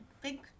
big